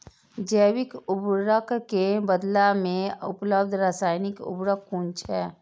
जैविक उर्वरक के बदला में उपलब्ध रासायानिक उर्वरक कुन छै?